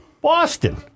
Boston